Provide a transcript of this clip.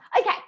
okay